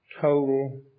total